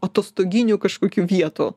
atostoginių kažkokių vietų